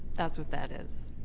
that's what that is.